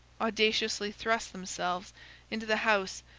audaciously thrust themselves into the house,